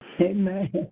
Amen